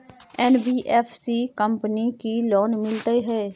NBFC company की loan मिलते है?